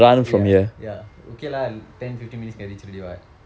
ya ya okay lah ten fifteen minutes can reach already [what]